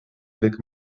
avec